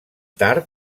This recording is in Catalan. tard